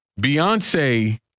Beyonce